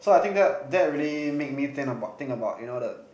so I think that that really make me think about think about you know the